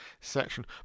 section